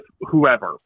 whoever